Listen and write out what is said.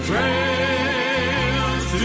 Trails